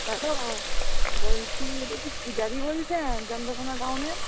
hello বলছি এটা কি পুজাদি বলছেন চন্দ্রকোণা টাউনের